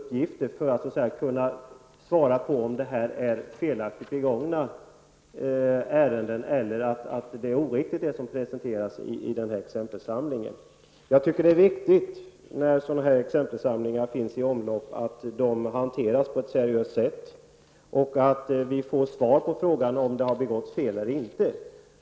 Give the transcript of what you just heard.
Detta är nödvändigt för att man skall kunna svara på om det har begåtts fel i dessa ärenden eller om det som presenteras i exempelsamlingen är oriktigt. När sådana här exempelsamlingar finns i omlopp är det viktigt att de hanteras på ett seriöst sätt och att vi får svar på frågan om det har begåtts fel eller inte.